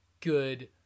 good